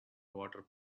water